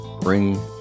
Bring